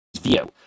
view